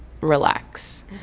relax